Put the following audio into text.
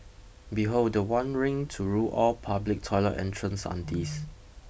behold the one ring to rule all public toilet entrance aunties